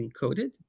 encoded